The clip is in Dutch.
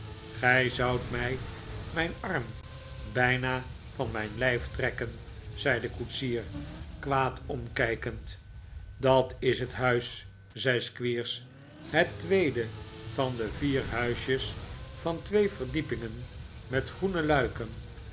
gij zoudt mij mijn arm bijna van mijn lijf trekken zei de koetsier kwaad omkijkend dat is het huis zei squeers het tweede van die vier huisjes van twee verdiepingen met groene luiken